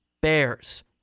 Bears